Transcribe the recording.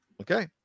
Okay